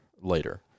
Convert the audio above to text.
later